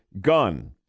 gun